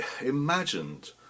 imagined